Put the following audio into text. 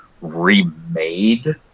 remade